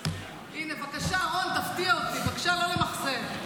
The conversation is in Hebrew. הינה, בבקשה, רון, תפתיע אותי, בבקשה, לא למחזר.